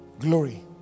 glory